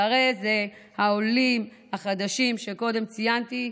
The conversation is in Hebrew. שהרי אלה העולים החדשים שקודם ציינתי,